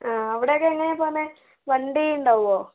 ആ അവിടെ ഒക്കെ എങ്ങനെയാണ് പോകുന്നത് വണ്ടി ഉണ്ടാകുമോ